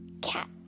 cat